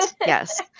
yes